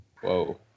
Whoa